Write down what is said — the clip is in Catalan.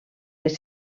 les